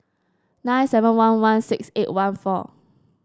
nine seven one one six eight one four